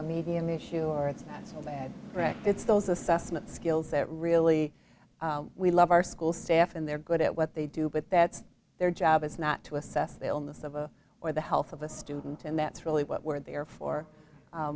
a medium issue or it's not so bad right it's those assessments skills that really we love our school staff and they're good at what they do but that's their job is not to assess the illness of a or the health of a student and that's really what we're there for